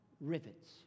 rivets